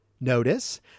Notice